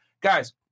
guys